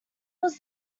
was